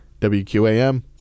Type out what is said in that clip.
WQAM